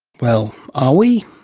well, are we?